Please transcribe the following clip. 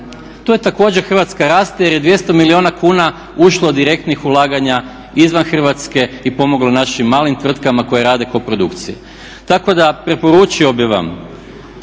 Tu također Hrvatska raste jer je 200 milijuna kuna ušlo direktnih ulaganja izvan hrvatske i pomoglo našim mali tvrtkama koje rade koprodukcije. Tako da preporučio bih vam,